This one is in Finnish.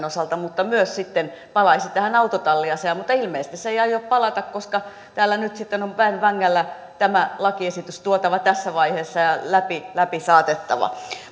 osalta myös palaisi tähän autotalliasiaan mutta ilmeisesti se ei aio palata koska täällä nyt on väen vängällä tämä lakiesitys tuotava tässä vaiheessa ja läpi saatettava